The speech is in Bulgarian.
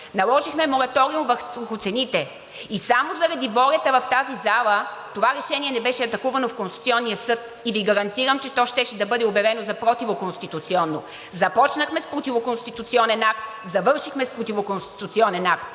наложихме мораториум върху цените и само заради волята в тази зала това решение не беше атакувано в Конституционния съд и Ви гарантирам, че то щеше да бъде обявено за противоконституционно. Започнахме с противоконституционен акт, завършихме с противоконституционен акт.